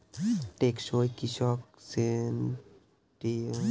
টেকসই কৃষি সাস্টেইনাবল উপায়ে পৃথিবীর বর্তমান খাদ্য চাহিদা আর দরকার পূরণ করে